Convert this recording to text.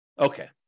Okay